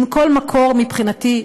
עם כל מקור מבחינתי.